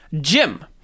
Jim